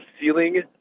ceiling